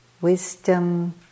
wisdom